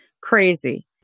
Crazy